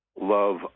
Love